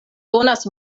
donas